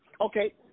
Okay